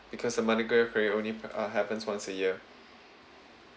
because the mardi gras period only uh uh happens once a year